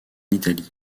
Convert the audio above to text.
italie